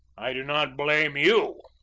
i do not blame you.